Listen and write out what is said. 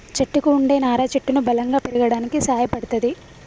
చెట్టుకు వుండే నారా చెట్టును బలంగా పెరగడానికి సాయపడ్తది